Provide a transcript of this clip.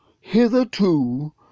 hitherto